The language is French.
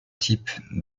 types